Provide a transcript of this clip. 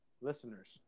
listeners